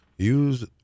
Use